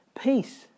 peace